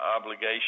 obligation